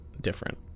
different